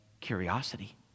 curiosity